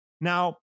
Now